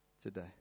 today